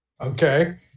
okay